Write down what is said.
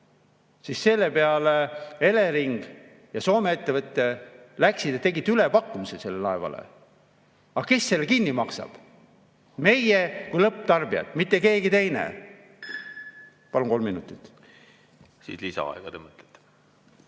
siis selle peale Elering ja Soome ettevõte läksid ja tegid ülepakkumise sellele laevale. Aga kes selle kinni maksab? Meie kui lõpptarbija, mitte keegi teine. Palun kolm minutit. Lisaaega, te mõtlete?